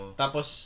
tapos